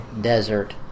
desert